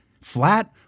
Flat